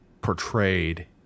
portrayed